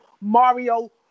Mario